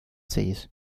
sees